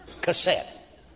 cassette